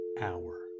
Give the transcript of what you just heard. hour